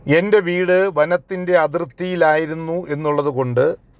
എൻ്റെ വീട് വനത്തിൻ്റെ അതിർത്തിയിലായിരുന്നു എന്നുള്ളതുകൊണ്ട്